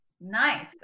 Nice